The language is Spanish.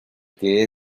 que